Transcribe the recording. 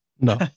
No